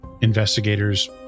investigators